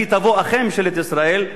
אז היא תבוא אכן ממשלת ישראל,